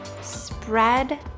spread